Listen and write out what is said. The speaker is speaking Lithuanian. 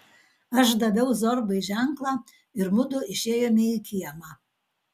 aš daviau zorbai ženklą ir mudu išėjome į kiemą